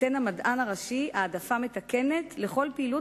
ייתן המדען הראשי העדפה מתקנת לכל פעילות